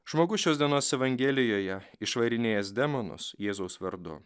žmogus šios dienos evangelijoje išvarinėjęs demonus jėzaus vardu